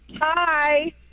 Hi